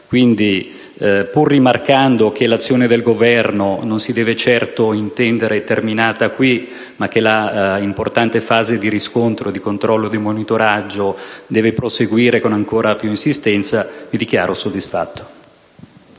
pur rimarcando che l'azione del Governo non si deve intendere terminata qui, ma che l'importante fase di riscontro, controllo e monitoraggio deve proseguire con maggior insistenza, mi dichiaro soddisfatto.